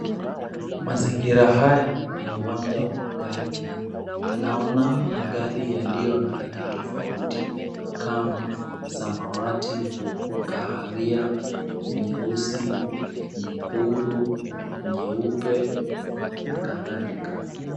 Mazingira haya ni ya uwanja wa magari tunaona magari yaliyo na rangi tofauti tofauti kama samawati, kahawia, nyeusi, nyekundu, nyeupe na kadhalika.